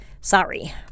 Sorry